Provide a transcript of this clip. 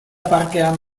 parkean